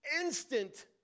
instant